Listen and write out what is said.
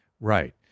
Right